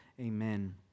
Amen